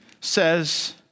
says